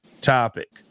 topic